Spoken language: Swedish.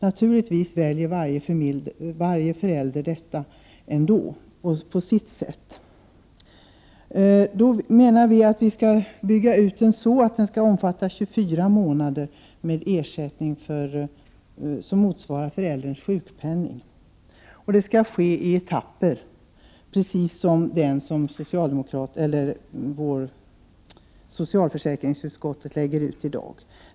Varje enskild förälder väljer naturligtvis ändå på sitt sätt. Vi vill bygga ut föräldraförsäkringen så att den skall omfatta 24 månader, med ersättning som motsvarar förälderns sjukpenning. Det skall ske i etapper, precis som socialförsäkringsutskottet lägger fram förslag om.